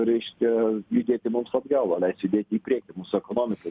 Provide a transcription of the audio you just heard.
reiškia judėti mums atgal o leis judėti į priekį mūsų ekonomikai